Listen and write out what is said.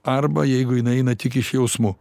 arba jeigu jinai eina tik iš jausmų